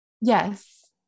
Yes